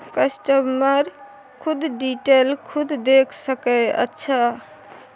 customer खुद detail खुद देख सके अच्छा